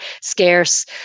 scarce